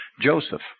Joseph